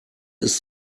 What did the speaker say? ist